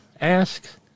asks